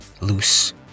loose